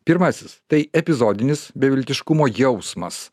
pirmasis tai epizodinis beviltiškumo jausmas